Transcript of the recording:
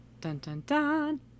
Dun-dun-dun